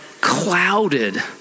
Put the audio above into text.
clouded